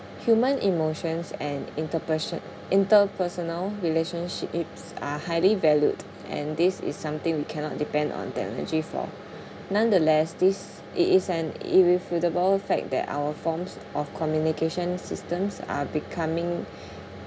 human emotions and interperson~ interpersonal relationships are highly valued and this is something we cannot depend on technology for nonetheless this it is an irrefutable fact that our forms of communication systems are becoming